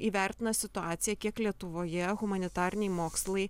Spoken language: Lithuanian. įvertina situaciją kiek lietuvoje humanitariniai mokslai